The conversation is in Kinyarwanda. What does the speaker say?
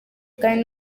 kandi